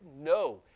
No